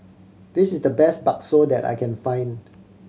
this is the best bakso that I can find